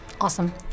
Awesome